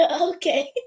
Okay